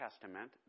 Testament